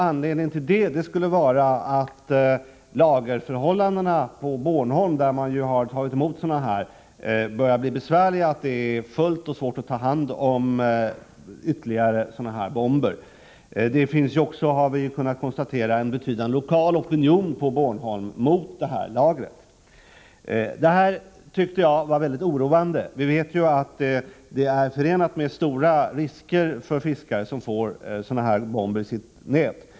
Anledningen till detta skulle vara att lagerförhållandena på Bornholm, där man ju tagit emot sådana bomber, börjar bli besvärliga. Lagret är fullt, och det är svårt att ta hand om ytterligare bomber. Det finns också, som vi har kunnat konstatera, en betydande lokal opinion på Bornholm mot lagret. Det här tyckte jag var väldigt oroande. Vi vet att det är förenat med stora risker för fiskare att få sådana här bomber i sina nät.